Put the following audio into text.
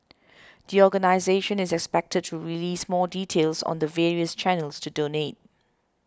the organisation is expected to release more details on the various channels to donate